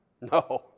No